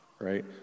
right